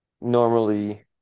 normally